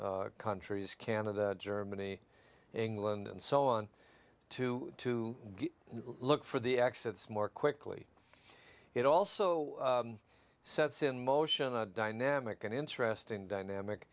countries canada germany england and so on to to look for the exits more quickly it also sets in motion a dynamic and interesting